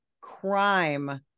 crime